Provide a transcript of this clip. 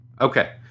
Okay